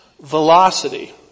velocity